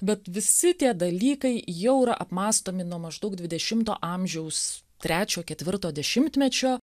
bet visi tie dalykai jau yra apmąstomi nuo maždaug dvidešimto amžiaus trečio ketvirto dešimtmečio